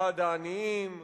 בעד העניים,